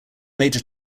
major